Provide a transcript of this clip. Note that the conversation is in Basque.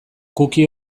cookie